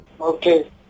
Okay